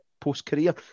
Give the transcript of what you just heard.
post-career